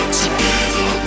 together